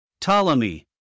Ptolemy